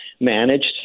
managed